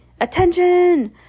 attention